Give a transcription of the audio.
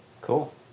Cool